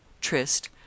trist